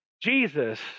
Jesus